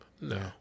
No